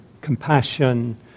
compassion